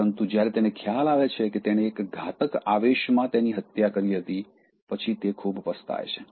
પરંતુ જ્યારે તેને ખ્યાલ આવે છે કે તેણે એક ઘાતક આવેશમાં તેની હત્યા કરી હતી પછી તે ખૂબ પસ્તાય છે